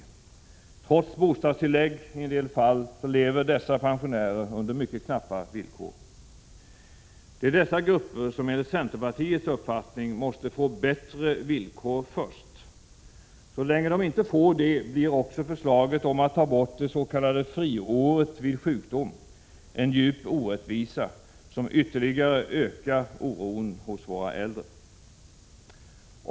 Trots bostadstillägg i en del fall lever dessa pensionärer under mycket knappa villkor. Det är dessa grupper som enligt centerpartiets uppfattning måste få bättre villkor först. Så länge de inte får det blir också förslaget om att ta bort det s.k. friåret vid sjukdom en djup orättvisa, som ytterligare ökar oron hos våra äldre.